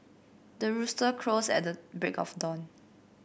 the rooster crows at the break of dawn